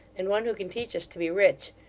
and one who can teach us to be rich.